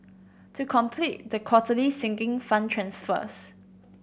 to complete the quarterly Sinking Fund transfers